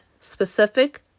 specific